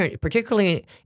particularly